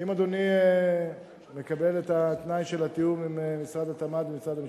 האם אדוני מקבל את התנאי של התיאום עם משרד התמ"ת ומשרד המשפטים?